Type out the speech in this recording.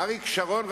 ואריק שרון,